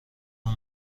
اون